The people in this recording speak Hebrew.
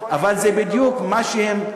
אבל זה בדיוק מה שהם,